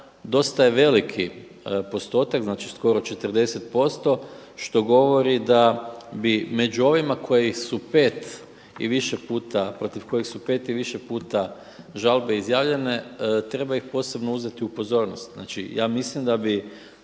dosta je veliki postotak, znači skoro 40% što govori da bi među ovima koji su 5 i više puta, protiv kojeg su 5 i više puta žalbe izjavljene treba ih posebno uzeti u pozornost. Znači ja mislim da bi